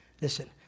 Listen